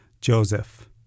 Joseph